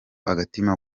agatima